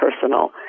personal